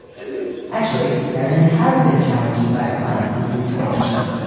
have you? actually, saarinen has been challenged by a client on a recent commission,